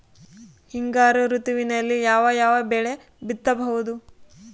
ಹಿಂಗಾರು ಋತುವಿನಲ್ಲಿ ಯಾವ ಯಾವ ಬೆಳೆ ಬಿತ್ತಬಹುದು?